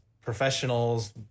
professionals